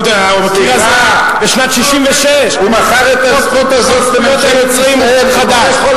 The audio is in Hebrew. הקיר הזה משנת 1966. חוק זכות יוצרים הוא חדש סליחה,